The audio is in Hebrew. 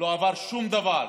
לא עבר שום דבר,